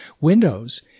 Windows